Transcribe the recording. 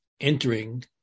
entering